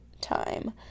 time